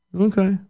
Okay